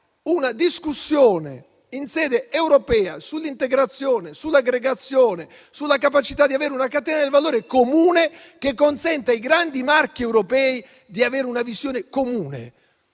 una discussione in sede europea sull'integrazione, sull'aggregazione, sulla capacità di avere una catena del valore comune, che consenta ai grandi marchi europei di avere una visione comune.